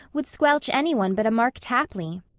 would squelch any one but a mark tapley.